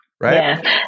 right